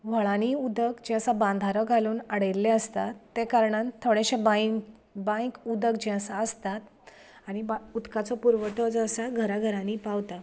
व्हळांनी उदक जें आसता बांदारो घालून आडयल्लें आसता त्या कारणान थोडेंशे बांयंत उदक जें आसता आसतात आनी बांय उदकाचो पुरवठो जो आसा तो घरां घरांनी पावता